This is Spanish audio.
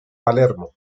palermo